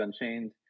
Unchained